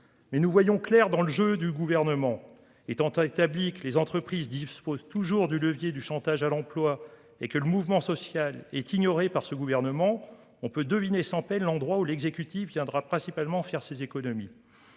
Mais nous voyons clair dans le jeu du Gouvernement. Étant établi que les entreprises disposent toujours du levier du chantage à l'emploi et que le mouvement social est ignoré par ce gouvernement, il est aisé de deviner où l'exécutif compte réaliser l'essentiel de ces économies.